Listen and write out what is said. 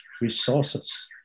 resources